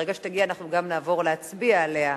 ברגע שתגיע אנחנו גם נעבור להצביע עליה.